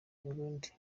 burundi